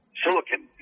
silicon